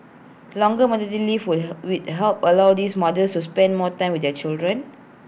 longer maternity leave would wait held allow these mothers to spend more time with their children